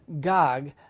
Gog